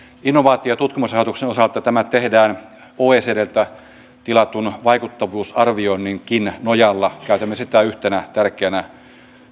innovaatio ja tutkimusrahoituksen osalta tämä tehdään oecdltä tilatun vaikuttavuusarvioinninkin nojalla käytämme sitä yhtenä tärkeänä